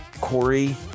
Corey